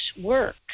work